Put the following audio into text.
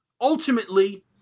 Ultimately